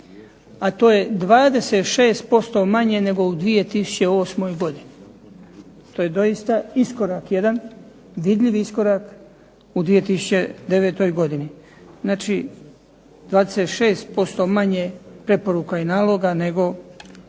a to je 26% manje nego u 2008. godini. To je doista vidljiv iskorak u 2009. godini. Znači 26% manje preporuka i naloga nego